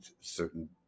certain